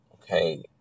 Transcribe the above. Okay